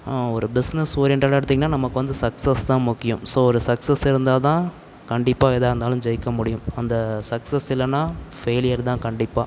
ஒரு பிஸ்னஸ் ஓரியண்டடாக எடுத்திங்கன்னா நமக்கு வந்து சக்ஸஸ் தான் முக்கியம் ஸோ ஒரு சக்ஸஸ் இருந்தால்தான் கண்டிப்பாக எதா இருந்தாலும் ஜெயிக்க முடியும் அந்த சக்ஸஸ் இல்லைன்னா ஃபெயிலியர் தான் கண்டிப்பாக